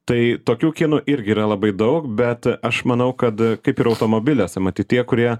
tai tokių kinų irgi yra labai daug bet aš manau kad kaip ir automobiliuose matyt tie kurie